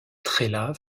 trélat